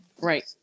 Right